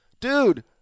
Dude